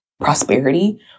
prosperity